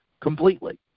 completely